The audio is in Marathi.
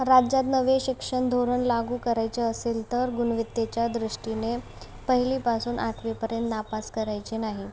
राज्यात नवे शिक्षण धोरण लागू करायचे असेल तर गुणवत्तेच्या दृष्टीने पहिलीपासून आठवीपर्यंत नापास करायचे नाही